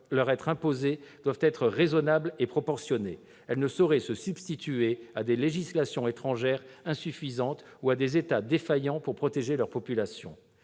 doivent être raisonnables et proportionnées. Elles ne sauraient se substituer à des législations étrangères insuffisantes ou à des États défaillants pour protéger leur population.